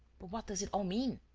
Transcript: but what does it all mean?